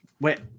Wait